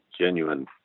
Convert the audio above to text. genuine